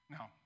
Now